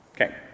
Okay